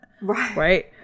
Right